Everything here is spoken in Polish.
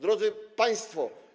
Drodzy Państwo!